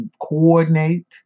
coordinate